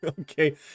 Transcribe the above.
Okay